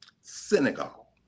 Senegal